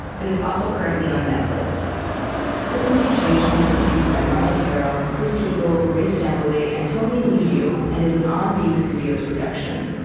and it's also currently on netflix this movie changed me is produced by maia tarrell, chris heagle, marie sambilay, and tony liu, and is an on being studios production.